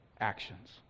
actions